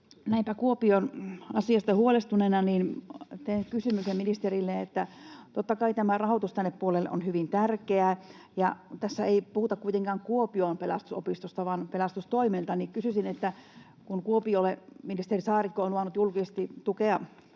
Kuopion asiasta huolestuneena teen kysymyksen ministerille. Totta kai tämä rahoitus tänne puolelle on hyvin tärkeä. Tässä ei puhuta kuitenkaan Kuopion Pelastusopistosta, vaan pelastustoimesta, joten kysyisin, että kun ministeri Saarikko on julkisesti